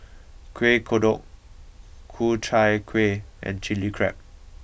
Kuih Kodok Ku Chai Kuih and Chili Crab